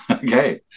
Okay